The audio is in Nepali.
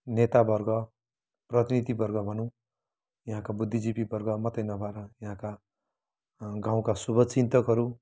नेतावर्ग प्रतिनिधिवर्ग भनौँ यहाँका बुद्धिजीवीवर्ग मात्रै नभएर यहाँका गाउँका शुभ चिन्तकहरू